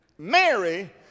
Mary